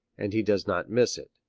and he does not miss it.